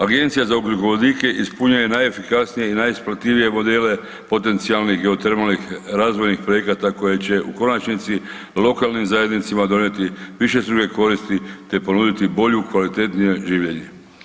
Agencija za ugljikovodike ispunjuje najefikasnije i najisplativije modele potencijalnih geotermalnih razvojnih projekata koje će u konačni lokalnim zajednicama donijeti višestruke koristi te ponuditi bolje i kvalitetnije življenje.